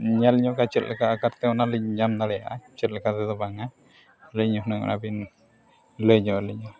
ᱧᱮᱞ ᱧᱚᱜᱟ ᱪᱮᱫ ᱞᱮᱠᱟ ᱠᱟᱛᱮᱫ ᱚᱱᱟᱞᱤᱧ ᱧᱟᱢ ᱫᱟᱲᱮᱭᱟᱜᱼᱟ ᱪᱮᱫ ᱞᱮᱠᱟ ᱛᱮᱫᱚ ᱵᱟᱝᱟ ᱟᱹᱞᱤᱧ ᱦᱩᱱᱟᱹᱝ ᱚᱱᱟ ᱵᱤᱱ ᱞᱟᱹᱭᱧᱚᱜ ᱟᱹᱞᱤᱧᱟ